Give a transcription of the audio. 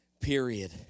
period